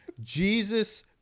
Jesus